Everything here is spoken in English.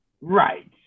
right